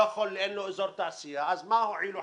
ואין לו אזור תעשייה, אז מה הועילו חכמים?